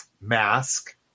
mask